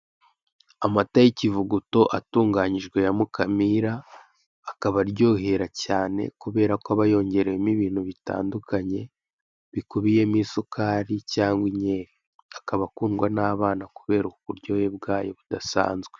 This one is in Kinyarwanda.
Amata y'ikivuguto atunganyijwe ya Mukamira, akaba aryohera cyane kubera ko aba yongerewemo ibintu bitandukanye bikubiyemo isukari cyangwa inkeri, akaba akundwa n'abana kubera uburyohe bwayo budasanzwe.